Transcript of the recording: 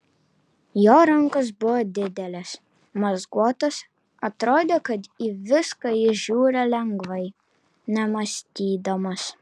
jo rankos buvo didelės mazguotos atrodė kad į viską jis žiūri lengvai nemąstydamas